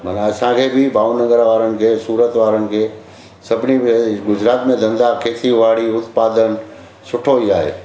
माना असांखे बि भावनगर वारनि खे सूरत वारनि खे सभिनी खे गुजरात में धंधा केसीवाड़ी उत्पादन सुठो ई आहे